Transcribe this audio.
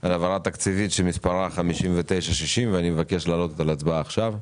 על העברות תקציביות שמספרן 59 60. אני מבקש להעלות אותן להצבעה עכשיו.